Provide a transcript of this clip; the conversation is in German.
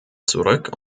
zurück